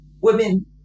women